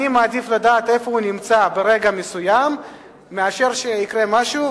אני מעדיף לדעת איפה הוא נמצא ברגע מסוים מאשר שיקרה משהו,